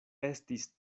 estis